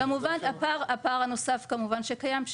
כמובן הפער הנוסף כמובן שקיים,